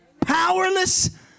powerless